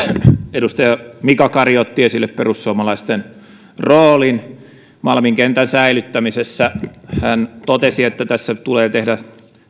edustaja mika kari otti esille perussuomalaisten roolin malmin kentän säilyttämisessä hän totesi että tässä tulee tehdä